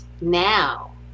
now